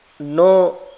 No